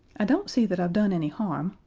i don't see that i've done any harm,